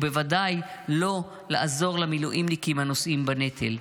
ובוודאי לא לעזור למילואימניקים הנושאים בנטל.